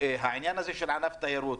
והעניין הזה של ענף התיירות,